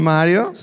Mario